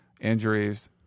injuries